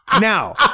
Now